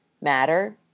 matter